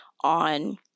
on